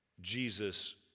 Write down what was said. Jesus